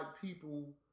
people